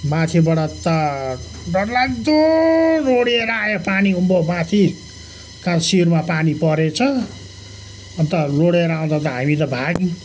माथिबाट त डरलाग्दो लुडिएर आयो पानी उँभो माथि कहाँ शिरमा पानी परेछ अन्त लुडिएर आउँदा त हामी त भाग्यौँ